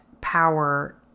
power